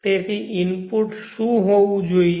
તેથી ઇનપુટ શું હોવું જોઈએ